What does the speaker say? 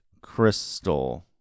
crystal